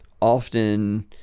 often